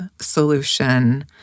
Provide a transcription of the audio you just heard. solution